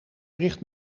bericht